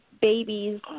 babies